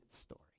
story